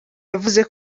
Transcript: yavuze